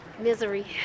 Misery